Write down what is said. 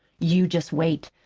you jest wait.